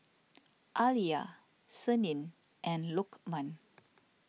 Alya Senin and Lokman